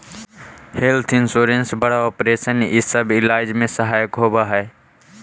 health insurance बड़ा operation इ सब इलाज में सहायक होवऽ हई